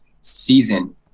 season